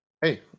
Hey